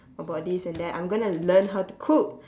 about this and that I'm going to learn how to cook